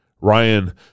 Ryan